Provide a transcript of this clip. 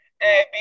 hey